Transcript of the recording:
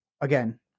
again